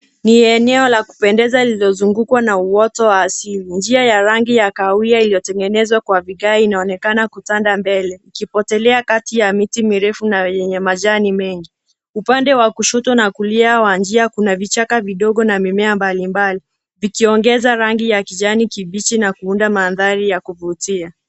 Ni eneo la kupendeza lililozungukwa na uoto wa asili. Njia ya rangi ya kahawia iliyotengenezwa kwa vigaa inaonekana kutanda mbele, ikipotelea kati ya miti mirefu yenye majani mengi. Upande wa kushoto na kulia wa njia kuna vichaka vidogo na mimea mbalimbali, vikiongeza rangi ya kijani kibichi na kuunda mandhari ya kuvutia.